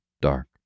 dark